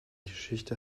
geschichte